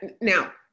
now